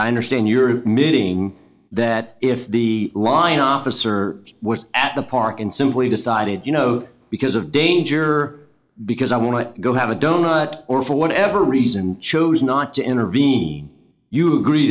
understand your milling that if the line officer was at the park and simply decided you know because of danger because i want to go have a donut or for whatever reason chose not to intervene you agree